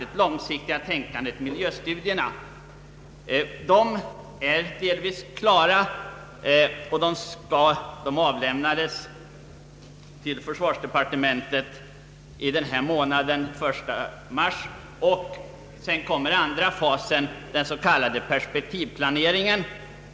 Det långsiktiga tänkandet, miljöstudierna, har delvis avklarats, och resultatet har den 1 mars avlämnats till försvarsdepartementet. Sedan kommer den andra fasen, den s.k. perspektivplaneringen.